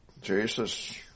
Jesus